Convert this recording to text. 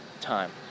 time